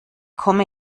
komme